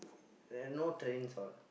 there no trains all